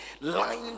lying